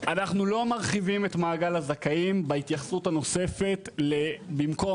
אנחנו לא מרחיבים א מעגל הזכאים בהתייחסות הנוספת במקום